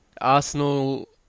Arsenal